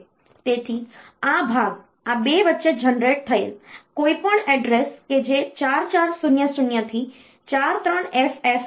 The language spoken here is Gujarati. તેથી આ ભાગ આ 2 વચ્ચે જનરેટ થયેલ કોઈપણ એડ્રેસ કે જે 4400 થી 43FF છે